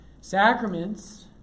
Sacraments